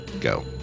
Go